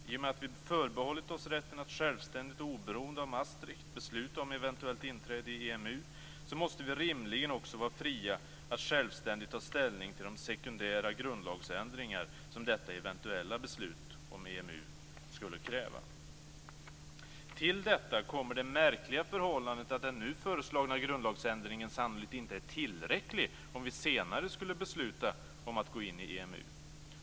I och med att vi förbehållit oss rätten att självständigt och oberoende av Maastricht besluta om eventuellt inträde i EMU måste vi rimligen också vara fria att självständigt ta ställning till de sekundära grundlagsändringar som detta eventuella beslut om EMU skulle kräva. Till detta kommer det märkliga förhållandet att den nu föreslagna grundlagsändringen sannolikt inte är tillräcklig om vi senare skulle besluta att gå in i EMU.